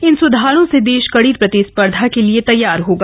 इन सुधारों से देश कड़ी प्रतिस्पर्धा के लिए तैयार होगा